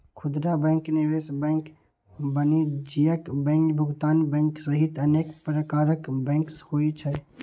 खुदरा बैंक, निवेश बैंक, वाणिज्यिक बैंक, भुगतान बैंक सहित अनेक प्रकारक बैंक होइ छै